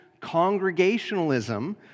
congregationalism